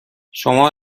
شما